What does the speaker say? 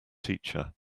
teacher